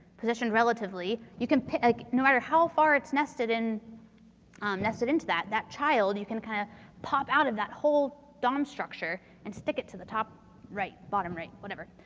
positioned relatively. you can no matter how far it's nested in nested into that, that child you can kind of pop out of that whole dom structure and stick it to the top right, bottom right, whatever.